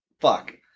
fuck